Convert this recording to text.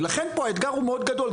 לכן פה האתגר הוא מאוד גדול,